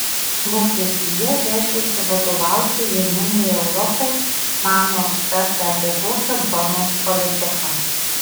vokietija veržiasi vadovauti vieningai europai mano ekspertai apie tokią bonos politiką